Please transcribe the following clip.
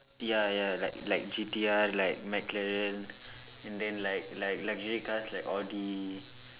ya ya like like G_T_R like McCarran and then like like luxury cars like Audi